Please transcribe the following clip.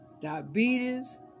diabetes